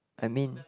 I mean